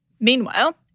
Meanwhile